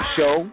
Show